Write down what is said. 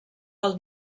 del